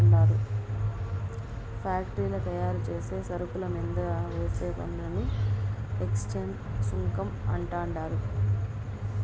ఫ్యాక్టరీల్ల తయారుచేసే సరుకుల మీంద వేసే పన్నుని ఎక్చేంజ్ సుంకం అంటండారు